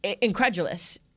incredulous